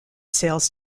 sales